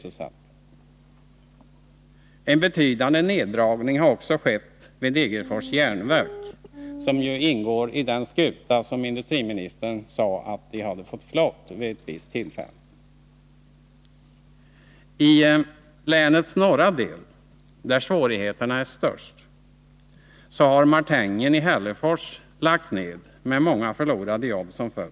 En betydande neddragning har också skett vid Degerfors järnverk, som ingår i den skuta som industriministern vid ett visst tillfälle sade att vi hade fått klar. Tlänets norra del, där svårigheterna är störst, har martinugnen i Hällefors lagts ned, med många förlorade jobb som följd.